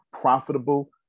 profitable